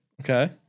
Okay